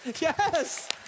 Yes